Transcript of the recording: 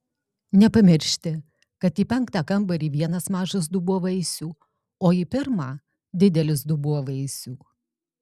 nepamiršti kad į penktą kambarį vienas mažas dubuo vaisių o į pirmą didelis dubuo vaisių